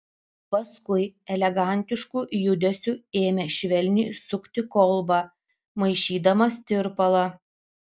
paskui elegantišku judesiu ėmė švelniai sukti kolbą maišydamas tirpalą